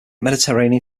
mediterranean